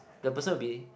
the person will be